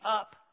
up